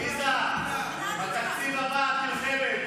עליזה, בתקציב הבא את נלחמת.